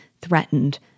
threatened